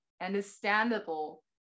understandable